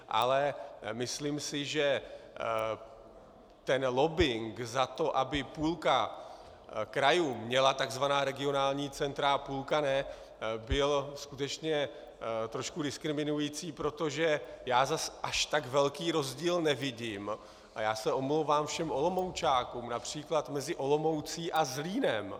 Ale myslím si, že ten lobbing za to, aby půlka krajů měla takzvaná regionální centra a půlka ne, byl skutečně trošku diskriminující, protože já zas až tak velký rozdíl nevidím omlouvám se všem Olomoučákům například mezi Olomoucí a Zlínem.